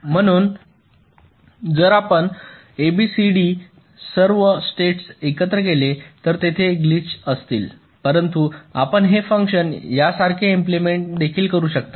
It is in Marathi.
म्हणून जर आपण A B C D सर्व स्टेटस एकत्र केले तर तेथे ग्लिचस घडतील परंतु आपण हे फंक्शन यासारखे इम्प्लिमेंट देखील करू शकता